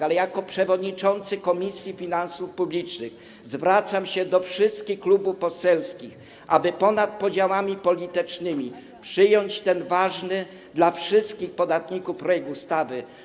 A jako przewodniczący Komisji Finansów Publicznych zwracam się do wszystkich klubów poselskich, aby ponad podziałami politycznymi przyjąć ten ważny dla wszystkich podatników projekt ustawy.